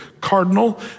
Cardinal